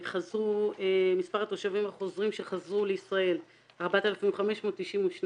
מספר התושבים החוזרים שחזרו לישראל, 4,592,